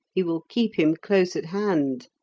he will keep him close at hand.